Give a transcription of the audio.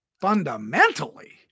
fundamentally